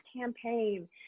campaign